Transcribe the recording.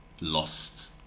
lost